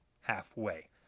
halfway